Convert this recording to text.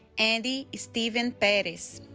andy steven perez